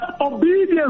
obedience